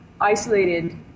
isolated